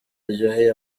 uryoheye